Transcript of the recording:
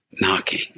knocking